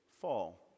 fall